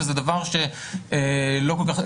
וזה דבר שלא כל כך,